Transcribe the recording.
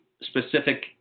specific